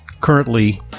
currently